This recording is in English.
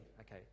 okay